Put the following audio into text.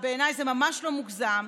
ובעיניי זה ממש לא מוגזם,